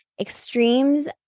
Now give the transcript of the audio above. extremes